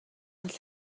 all